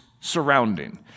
surrounding